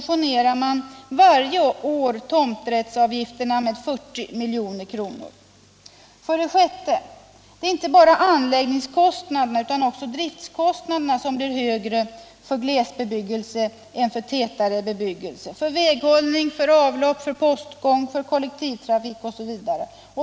Inte bara anläggningskostnaderna utan också driftkostnaderna blir högre för glesbebyggelse än för tätare bebyggelse — för väghållning, för avlopp, för postgång, för kollektivtrafik osv.